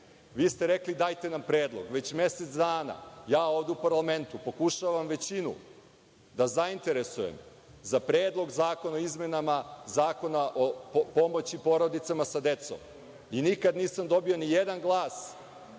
ste rekli – dajte nam predlog, već mesec dana, ja ovde u parlamentu pokušavam većinu da zainteresujem za Predlog zakona o izmenama Zakona o pomoći porodicama sa decom i nikad nisam dobio nijedan glas